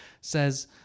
says